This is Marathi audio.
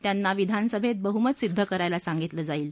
त्यांना विधानसभेत बहुमत सिद्ध करायला सांगितलं जाईल